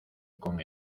con